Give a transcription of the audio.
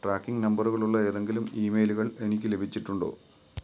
tracking നമ്പറുകളുള്ള ഏതെങ്കിലും ഇമെയിലുകൾ എനിക്ക് ലഭിച്ചിട്ടുണ്ടോ